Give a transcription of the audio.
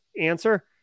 answer